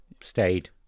stayed